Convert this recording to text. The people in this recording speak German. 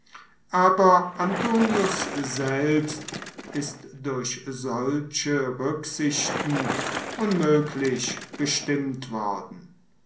aber antonius selbst ist durch solche rücksichten unmöglich bestimmt worden